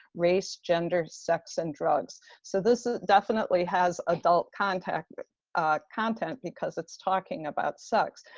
race, gender, sex and drugs. so this definitely has adult content ah content because it's talking about sex,